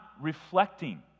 reflecting